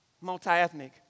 multi-ethnic